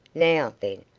now, then,